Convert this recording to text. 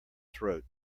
throat